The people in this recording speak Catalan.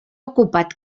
ocupat